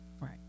right